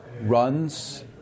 runs